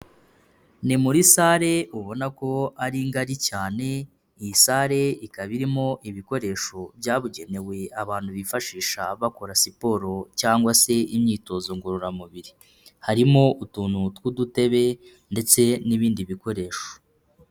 Ni muri sale ubona ko ari ngari cyane, iyi sale ikaba irimo ibikoresho byabugenewe abantu bifashisha bakora siporo cyangwa se imyitozo ngororamubiri, harimo utuntu tw'udutebe ndetse n'ibindi bikoresho.